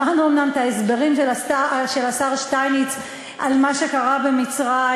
ושמענו אומנם את ההסברים של השר שטייניץ על מה שקרה במצרים.